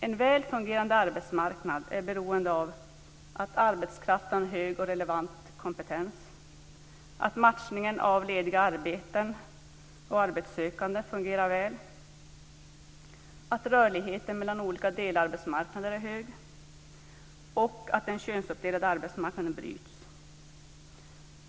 En väl fungerande arbetsmarknad är beroende av att arbetskraften har en hög och relevant kompetens, att matchningen av lediga arbeten och arbetssökande fungerar väl, att rörligheten mellan olika delar av arbetsmarknaden är hög och att den könsuppdelade arbetsmarknaden bryts.